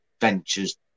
ventures